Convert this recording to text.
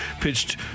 pitched